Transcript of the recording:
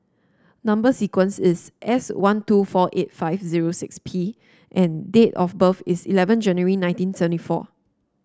number sequence is S one two four eight five zero six P and date of birth is eleven January nineteen seventy four